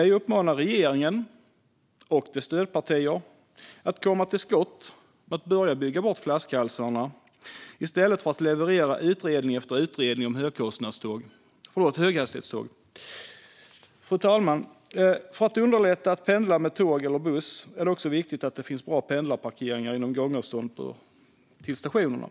Jag uppmanar regeringen och dess stödpartier att komma till skott med att börja bygga bort flaskhalsarna i stället för att leverera utredning efter utredning om högkostnadståg - förlåt, höghastighetståg. Fru talman! För att underlätta pendlande med tåg eller buss är det också viktigt att det finns bra pendlarparkeringar inom gångavstånd till stationerna.